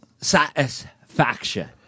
Satisfaction